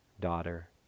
daughter